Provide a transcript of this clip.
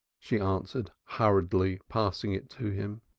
she answered hurriedly, passing it to him.